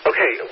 Okay